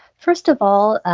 first of all,